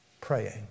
praying